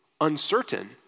uncertain